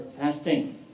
fasting